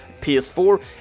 PS4